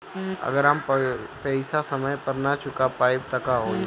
अगर हम पेईसा समय पर ना चुका पाईब त का होई?